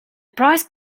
prize